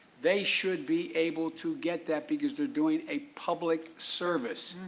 they should be able to get that because they are doing a public service.